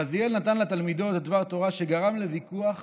רזיאל נתן לתלמידות דבר תורה שגרם לוויכוח,